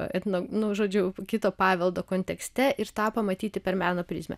etno nu žodžiu kito paveldo kontekste ir tą pamatyti per meno prizmę